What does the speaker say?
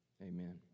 amen